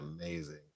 amazing